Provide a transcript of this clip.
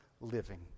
living